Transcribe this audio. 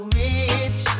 rich